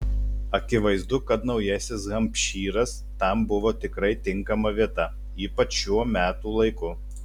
akivaizdu kad naujasis hampšyras tam buvo tikrai tinkama vieta ypač šiuo metų laiku